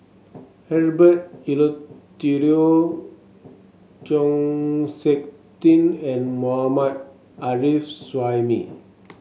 Herbert Eleuterio Chng Seok Tin and Mohammad Arif Suhaimi